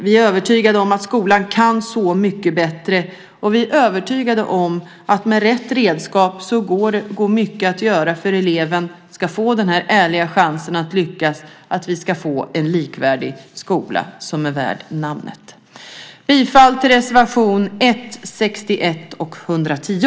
Vi är övertygade om att skolan kan så mycket bättre och vi är övertygade om att med rätt redskap går mycket att göra för att eleven ska få den ärliga chansen att lyckas och för att vi ska få en likvärdig skola som är värd namnet. Jag yrkar bifall till reservationerna 1, 61 och 110.